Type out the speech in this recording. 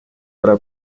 para